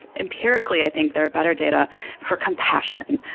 empirically, i think there are better data for compassion.